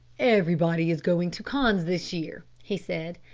everybody is going to cannes this year, he said,